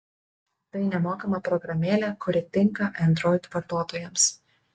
tai nemokama programėlė kuri tinka android vartotojams